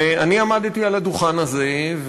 ואני עמדתי על הדוכן הזה,